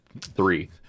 Three